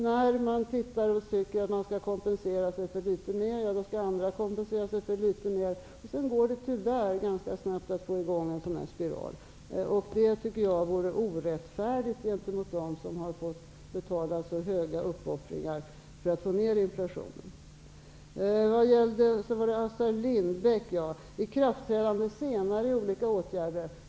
När man tycker att man skall kompensera sig för litet mer, skall andra också göra det. Sedan går det ganska snabbt, tyvärr, att få i gång en sådan här spiral. Jag tycker att det vore orättfärdigt gentemot dem som har fått göra så stora uppoffringar för att vi skall få ner inflationen. Sedan talade Johan Lönnroth om Assar Lindbeck och om ett ikraftträdande senare när det gäller olika åtgärder.